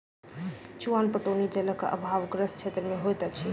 चुआन पटौनी जलक आभावग्रस्त क्षेत्र मे होइत अछि